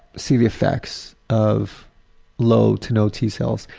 see the effects of low to no t-cells.